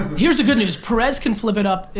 here's the good news, perez can flip it up.